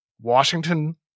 Washington